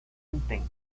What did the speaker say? intenso